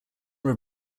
were